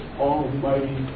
Almighty